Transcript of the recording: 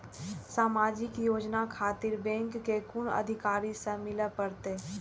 समाजिक योजना खातिर बैंक के कुन अधिकारी स मिले परतें?